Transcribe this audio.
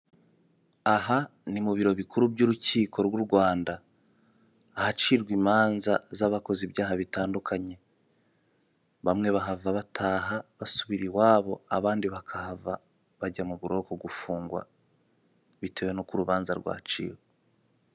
Aha ni mu biro bikuru by'urukiko rw'u Rwanda. Ahacirwa imanza z'abakoze ibyaha bitandukanye. Bamwe bahava bataha basubira iwabo, abandi bakahava bajya mu buroko gufungwa, bitewe n'uko urubanza rwaciwe.